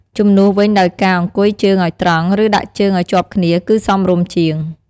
ជំនួសវិញដោយការ អង្គុយជើងឲ្យត្រង់ ឬដាក់ជើងអោយជាប់គ្នា គឺសមរម្យជាង។